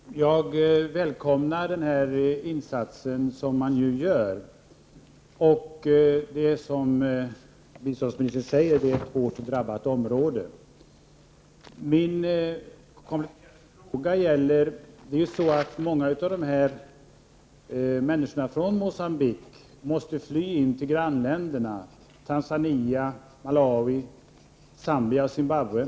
Herr talman! Jag välkomnar den insats som man nu gör. Det är, som biståndsministern säger, ett hårt drabbat område. Jag har en anslutande fråga. Många av människorna från Mogambique måste fly in i grannländerna Tanzania, Malawi, Zambia och Zimbabwe.